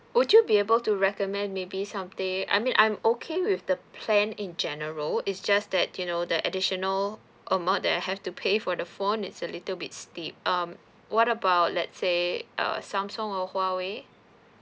would you be able to recommend maybe something I mean I'm okay with the plan in general is just that you know that additional amount that I have to pay for the phone it's a little bit steep um what about let's say err samsung or huawei